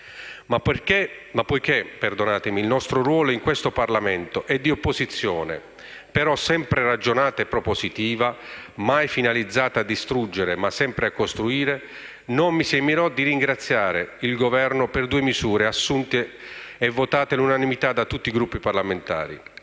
Ma poiché il nostro ruolo in questo Parlamento è di opposizione sempre ragionata e propositiva, mai finalizzata a distruggere, ma sempre a costruire, non mi esimerò dal ringraziare il Governo per due misure assunte e votate all'unanimità da tutti i Gruppi parlamentari.